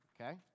okay